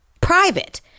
private